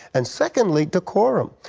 and secondly, decorum.